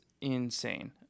insane